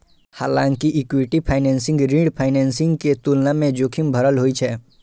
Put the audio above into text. हालांकि equity financing ऋण financing के तुलना मे जोखिम भरल होइ छै